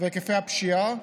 והיקפי הפשיעה,